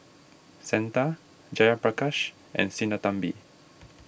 Santha Jayaprakash and Sinnathamby